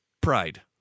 pride